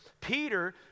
Peter